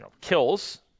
kills